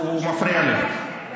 הוא מפריע לי.